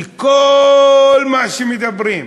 כי כל מה שמדברים,